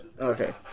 Okay